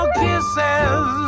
kisses